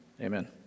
amen